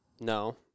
No